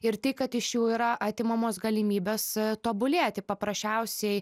ir tai kad iš jų yra atimamos galimybės tobulėti paprasčiausiai